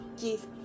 give